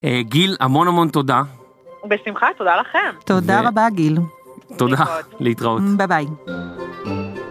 גיל המון המון תודה ובשמחה תודה לכם תודה רבה גיל תודה להתראות ביי ביי.